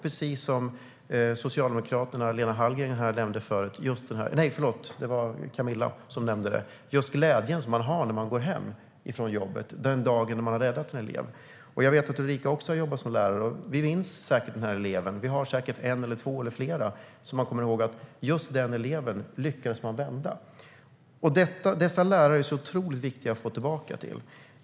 Precis som Camilla Waltersson Grönvall nämnde tidigare handlar det om den glädje som man har när man går hem från jobbet den dagen man har räddat en elev. Jag vet att Ulrika också har jobbat som lärare. Vi minns säkert en, två eller flera elever som vi lyckades vända. Dessa lärare är så otroligt viktiga att få tillbaka.